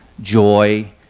joy